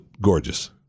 gorgeous